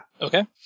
Okay